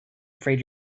afraid